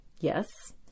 Yes